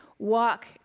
walk